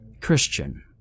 Christian